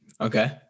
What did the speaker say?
Okay